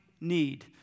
need